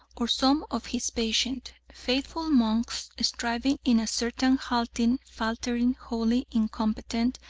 or some of his patient, faithful monks, striving in a certain halting, faltering, wholly incompetent,